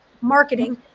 Marketing